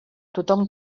tothom